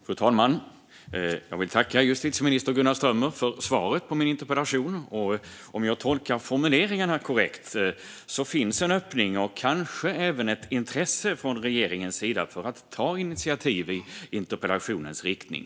Fru talman! Jag vill tacka justitieminister Gunnar Strömmer för svaret på min interpellation. Om jag tolkar formuleringarna korrekt finns det en öppning och kanske även ett intresse från regeringens sida för att ta initiativ i interpellationens riktning.